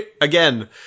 again